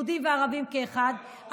יהודים וערבים כאחד,